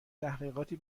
تحقیقی